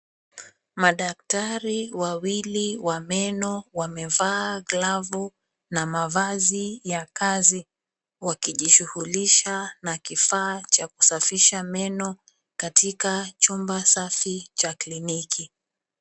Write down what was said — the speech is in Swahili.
Madaktari wawili wa meno wamevaa glavu na mavazi ya kazi, wakijishughulisha na kifaa cha kusafisha meno katika chumba safi cha kliniki.